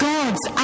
God's